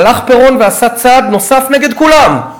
הלך פירון ועשה צעד נוסף נגד כולם,